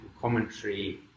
commentary